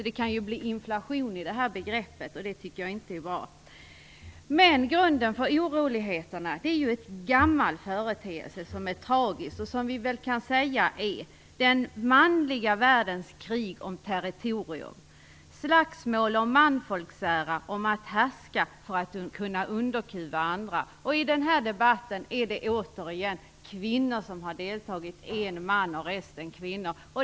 Det kan alltså gå inflation i begreppet, och det är inte bra. Grunden för oroligheterna är ju en gammal företeelse, som är tragisk och som vi kan säga är den manliga världens krig om territorier, slagsmål om manfolksära, om att härska för att kunna underkuva andra. I den här debatten är det återigen mest kvinnor som deltar; en man och resten kvinnor.